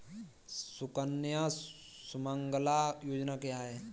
सुकन्या सुमंगला योजना क्या है?